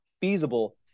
feasible